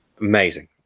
amazing